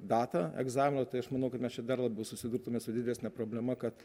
datą egzamino tai aš manau kad mes čia dar labiau susidurtume su didesne problema kad